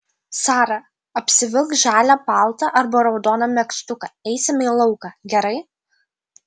sara apsivilk žalią paltą arba raudoną megztuką eisime į lauką gerai